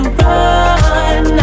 run